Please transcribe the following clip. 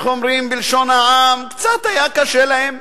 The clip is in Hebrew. איך אומרים בלשון העם, קצת היה קשה להם.